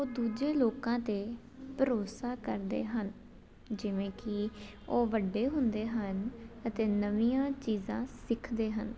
ਉਹ ਦੂਜੇ ਲੋਕਾਂ 'ਤੇ ਭਰੋਸਾ ਕਰਦੇ ਹਨ ਜਿਵੇਂ ਕਿ ਉਹ ਵੱਡੇ ਹੁੰਦੇ ਹਨ ਅਤੇ ਨਵੀਆਂ ਚੀਜ਼ਾਂ ਸਿੱਖਦੇ ਹਨ